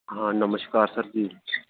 हां नमश्कार सर जी